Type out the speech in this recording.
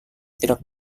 tidak